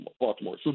Baltimore